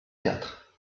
quatre